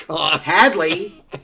Hadley